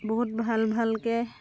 বহুত ভাল ভালকৈ